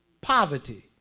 poverty